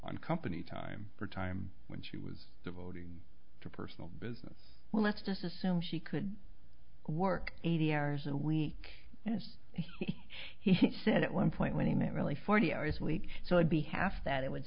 on company time for time when she was devoting to personal business well let's just assume she could work eighty hours a week as he said at one point when he met really forty hours a week so i'd be half that it would